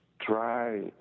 try